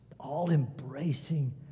all-embracing